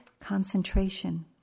concentration